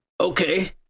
Okay